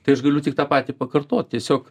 tai aš galiu tik tą patį pakartot tiesiog